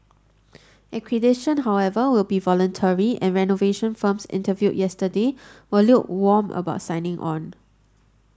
accreditation however will be voluntary and renovation firms interviewed yesterday were lukewarm about signing on